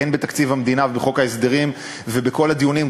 הן בתקציב המדינה ובחוק ההסדרים ובכל הדיונים,